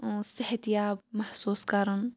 صحتیاب محسوٗس کَرُن